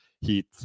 Heat